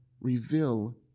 reveal